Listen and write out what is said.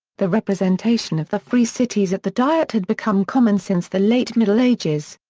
the representation of the free cities at the diet had become common since the late middle ages.